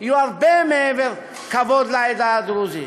יהיו הרבה מעבר לכבוד לעדה הדרוזית,